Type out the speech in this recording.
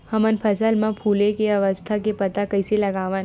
हमन फसल मा फुले के अवस्था के पता कइसे लगावन?